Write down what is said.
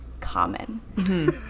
common